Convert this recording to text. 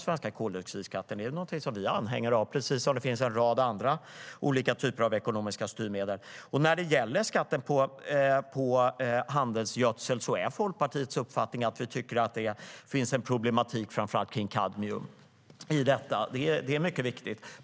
Det är något som vi är anhängare av, precis som det finns en rad andra typer av ekonomiska styrmedel. När det gäller skatten på handelsgödseln tycker Folkpartiet att det finns en problematik där, framför allt i fråga om kadmium.